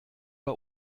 bei